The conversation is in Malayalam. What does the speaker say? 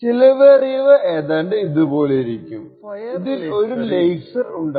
ചിലവേറിയവ ഏതാണ്ട് ഇതുപോലിരിക്കും അതിൽ ഒരു ലേസർ ഉണ്ടായിരിക്കും